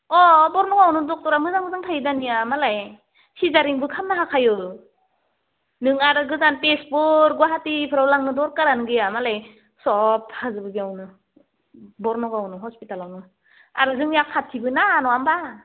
अ बर्नआवनो ड'क्टरा मोजां मोजां थायो दानिया नालाय सिजारिनबो खालामनो हाखायो नों आरो गोजान तेजपुर गुवाहाटिफोराव लांनो दरखारानो गैया मालाय सब थाजोबो बेयावनो बर्नगावआवनो हस्पिटालावनो आरो जोंनिया खाथिबोना नङा होमब्ला